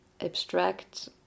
abstract